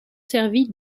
servi